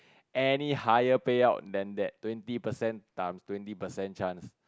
any higher payout than that twenty percent time twenty percent chance